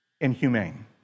inhumane